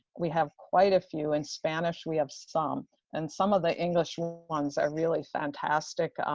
we have quite a few in spanish, we have some and some of the english ones are really fantastic.